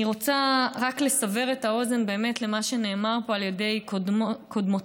אני רוצה רק לסבר את האוזן למה שנאמר פה על ידי קודמותיי.